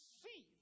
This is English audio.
see